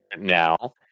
now